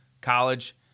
college